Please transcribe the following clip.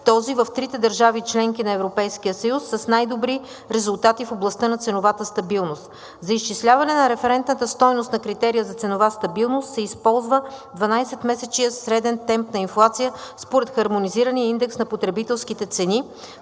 този в трите държави – членки на Европейския съюз, с най-добри резултати в областта на ценовата стабилност. За изчисляване на референтната стойност на критерия за ценова стабилност се използва 12-месечният среден темп на инфлация според хармонизирания индекс на потребителските цени,